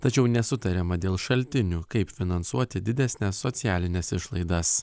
tačiau nesutariama dėl šaltinių kaip finansuoti didesnes socialines išlaidas